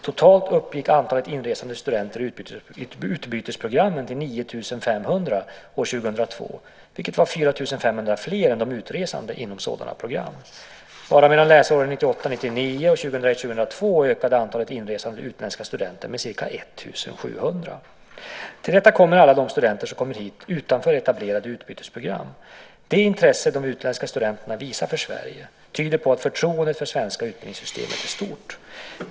Totalt uppgick antalet inresande studenter i utbytesprogrammen till 9 500 år 2002, vilket var 4 500 fler än de utresande inom sådana program. Bara mellan läsåren 1998 02 ökade antalet inresande utländska studenter med ca 1 700. Till detta kommer alla de studenter som kommer hit utanför etablerade utbytesprogram. Det intresse de utländska studenterna visar för Sverige tyder på att förtroendet för det svenska utbildningssystemet är stort.